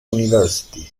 university